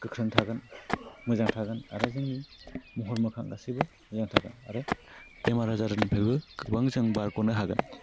गोख्रों थागोन मोजां थागोन आरो जोंनि महर मोखां गासिबो मोजां थागोन आरो बेमार आजारनिफ्रायबो गोबां जों बारग'नो हागोन